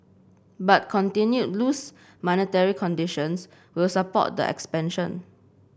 but continued loose monetary conditions will support the expansion